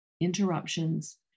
Interruptions